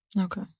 Okay